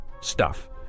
Stuff